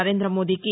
నరేంద్రమోదీకి